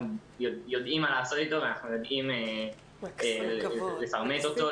אנחנו יודעים מה לעשות איתו ואנחנו יודעים לפרמט אותו,